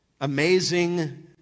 amazing